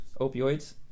opioids